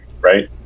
right